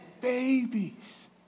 Babies